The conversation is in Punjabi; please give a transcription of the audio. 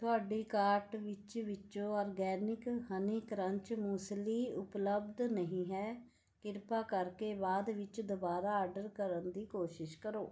ਤੁਹਾਡੀ ਕਾਰਟ ਵਿੱਚ ਵਿਚੋਂ ਔਰਗੈਨਿਕ ਹਨੀ ਕਰੰਚ ਮੂਸਲੀ ਉਪਲਬਧ ਨਹੀਂ ਹੈ ਕਿਰਪਾ ਕਰਕੇ ਬਾਅਦ ਵਿੱਚ ਦੁਬਾਰਾ ਆਡਰ ਕਰਨ ਦੀ ਕੋਸ਼ਿਸ਼ ਕਰੋ